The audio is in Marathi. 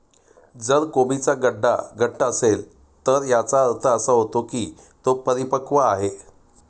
जर कोबीचा गड्डा घट्ट असेल तर याचा अर्थ असा होतो की तो परिपक्व आहे